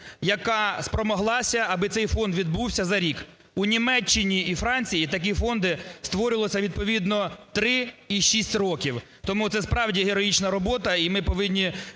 яка спромоглася, аби цей фонд відбувся за рік. У Німеччині і Франції такі фонди створювалися відповідно 3 і 6 років. Тому це справді героїчна робота. І ми повинні